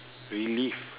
relive